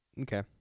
Okay